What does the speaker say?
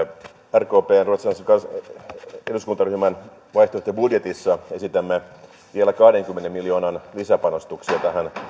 rkpn ja ruotsalaisen eduskuntaryhmän vaihtoehtobudjetissa esitämme vielä kahdenkymmenen miljoonan lisäpanostuksia